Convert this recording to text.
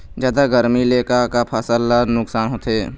जादा गरमी ले का का फसल ला नुकसान होथे?